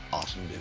awesome,